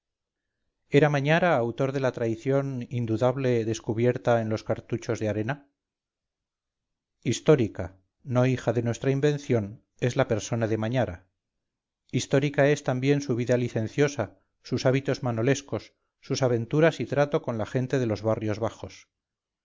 era mañara autor de la traición indudable descubierta en los cartuchos de arena histórica no hija de nuestra invención es la persona de mañara histórica es también su vida licenciosa sus hábitos manolescos sus aventuras y trato con la gente de los barrios bajos